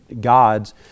gods